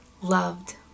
loved